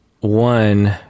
one